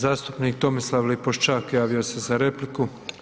Zastupnik Tomislav Lipošćak javio se za repliku.